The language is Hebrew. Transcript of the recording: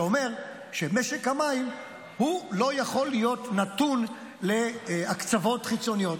שאומר שמשק המים לא יכול להיות נתון להקצבות חיצוניות.